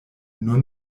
nur